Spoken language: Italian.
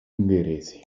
ungheresi